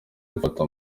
gufata